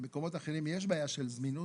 במקומות אחרים יש בעיה של זמינות.